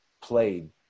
played